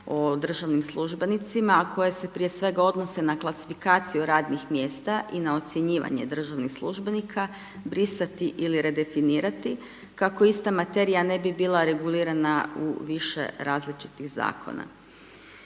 o državnim službenicima, a koje se prije svega, odnose na klasifikaciju radnih mjesta i na ocjenjivanje državnih službenika, brisati ili redefinirati, kako ista materija ne bi bila regulirana u više različitih Zakona.